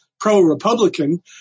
pro-Republican